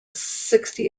sixty